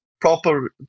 proper